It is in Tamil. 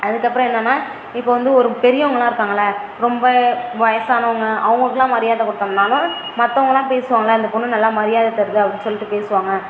அதுக்கப்புறம் என்னெனனா இப்போ வந்து ஒரு பெரியவங்கலாம் இருக்காங்களை ரொம்ப வயசானவங்க அவங்களுக்குலாம் மரியாதை கொடுத்தோம்னாலும் மற்றவங்களாம் பேசுவங்களை அந்த பொண்ணு நல்ல மரியாதை தருது அப்படினு சொல்லிகிட்டு பேசுவாங்க